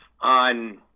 on